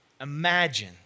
Imagine